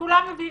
כולם יודעים.